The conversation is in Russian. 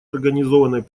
организованной